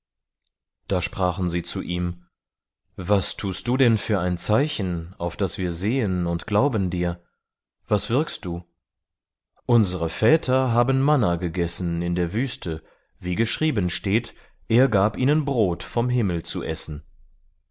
da sprachen sie zu ihm was tust du denn für ein zeichen auf daß wir sehen und glauben dir was wirkst du unsere väter haben manna gegessen in der wüste wie geschrieben steht er gab ihnen brot vom himmel zu essen